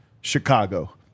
Chicago